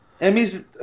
Emmy's